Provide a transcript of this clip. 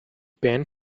band